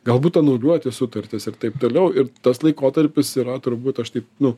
galbūt anuliuoti sutartis ir taip toliau ir tas laikotarpis yra turbūt aš taip nu